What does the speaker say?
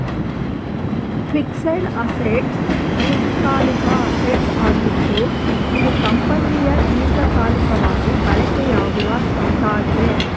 fixed assets ದೀರ್ಘಕಾಲಿಕ assets ಆಗಿದ್ದು ಇದು ಕಂಪನಿಯ ದೀರ್ಘಕಾಲಿಕವಾಗಿ ಬಳಕೆಯಾಗುವ ಸ್ವತ್ತಾಗಿದೆ